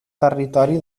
territori